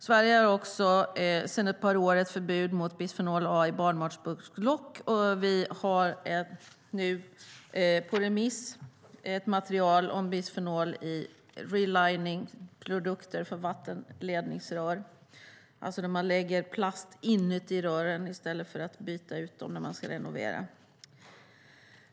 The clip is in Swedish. Sverige har också sedan ett par år ett förbud mot bisfenol A i barnmatsburklock, och vi har nu på remiss ett material om bisfenol i reliningprodukter för vattenledningsrör - det är alltså när man lägger plast inuti rören i stället för att byta ut dem när man ska renovera.